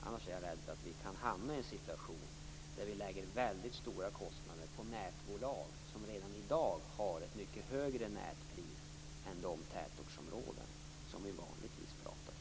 Annars är jag rädd för att vi kan hamna i en situation där vi lägger väldigt stora kostnader på nätbolag som redan i dag har ett mycket högre nätpris än priset i de tätortsområden som vi vanligtvis talar om.